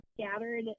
scattered